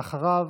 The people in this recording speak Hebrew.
ואחריו,